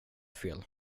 fel